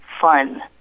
fun